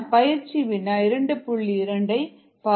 2 வை பார்ப்போம்